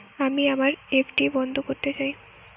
আমি আমার এফ.ডি বন্ধ করতে চাই